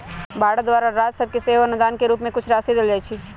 भारत द्वारा राज सभके सेहो अनुदान के रूप में कुछ राशि देल जाइ छइ